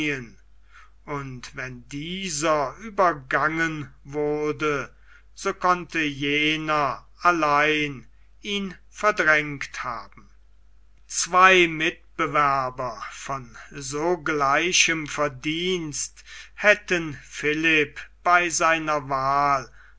und wenn dieser übergangen wurde so konnte jener allein ihn verdrängt haben zwei mitbewerber von so gleichem verdienst hätten philipp bei seiner wahl